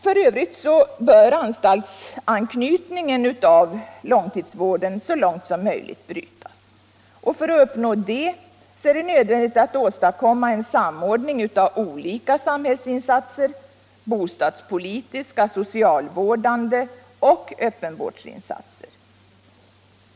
F. ö. bör anstaltsanknytningen av långtidsvården så långt möjligt brytas. Och för att uppnå detta är det nödvändigt att åstadkomma en samordning av olika samhällsinsatser: bostadspolitiska, socialvårdande och öppenvårdsinsatser.